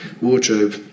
wardrobe